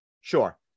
Sure